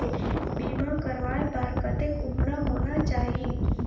बीमा करवाय बार कतेक उम्र होना चाही?